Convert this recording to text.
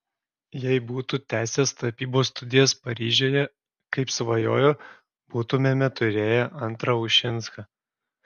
jei būtų tęsęs tapybos studijas paryžiuje kaip svajojo būtumėme turėję antrą ušinską